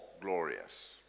glorious